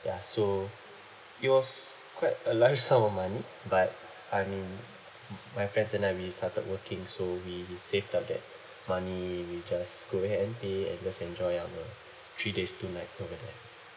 ya so it was quite a large sum of money but I mean my friends and I already started working so we we saved up that money we just go ahead and pay and just enjoy our three days two nights over there